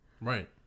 Right